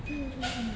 mm mm mm